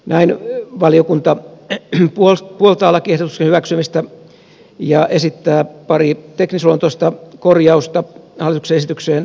näin valiokunta puoltaa lakiehdotuksen hyväksymistä ja esittää pari teknisluontoista korjausta hallituksen esitykseen